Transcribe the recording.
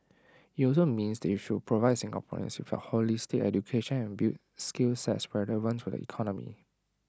IT also means they should provide Singaporeans with A holistic education and build skill sets relevant to the economy